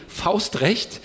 Faustrecht